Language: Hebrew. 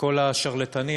מכל השרלטנים,